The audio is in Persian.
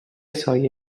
سایه